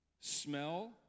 Smell